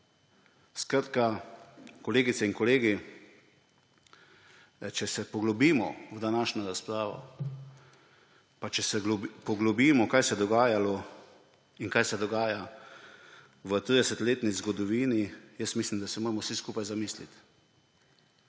oblasti. Kolegice in kolegi, če se poglobimo v današnjo razpravo in če se poglobimo, kaj se je dogajalo in kaj se dogaja v 30-letni zgodovini, mislim, da se moramo vsi skupaj zamisliti.